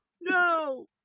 No